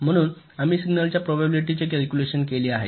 म्हणून आम्ही सिग्नलच्या प्रोबॅबिलिटी चे कलकुलेशन केले आहे